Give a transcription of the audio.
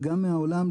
וגם מהעולם,